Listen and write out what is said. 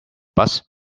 bus